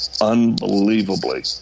unbelievably